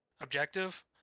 objective